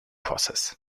process